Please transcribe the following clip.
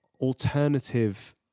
alternative